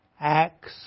Acts